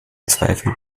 zweifel